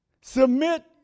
Submit